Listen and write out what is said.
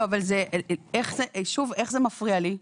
לא, אבל שוב, איך זה מפריע לי?